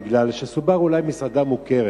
זה מכיוון ש"סבארו" היא אולי מסעדה מוכרת,